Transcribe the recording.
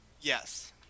Yes